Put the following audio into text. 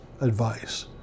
advice